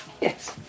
Yes